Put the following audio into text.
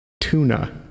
tuna